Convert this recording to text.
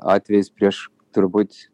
atvejis prieš turbūt